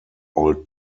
old